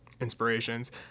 inspirations